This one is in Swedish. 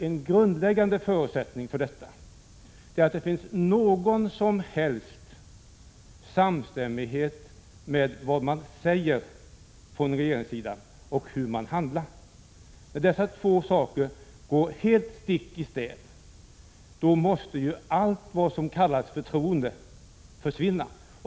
En grundläggande förutsättning för detta är att det finns någon samstämmighet mellan vad man säger från regeringssidan och hur man handlar. När dessa två saker går helt stick i stäv måste allt vad som kallas förtroende försvinna.